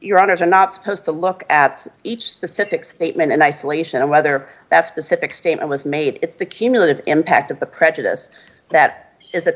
your honour's are not supposed to look at each specific statement and isolation of whether that specific statement was made it's the cumulative impact of the prejudice that is